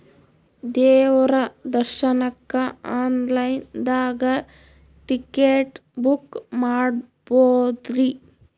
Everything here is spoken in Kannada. ದೇವ್ರ ದರ್ಶನಕ್ಕ ಆನ್ ಲೈನ್ ದಾಗ ಟಿಕೆಟ ಬುಕ್ಕ ಮಾಡ್ಬೊದ್ರಿ?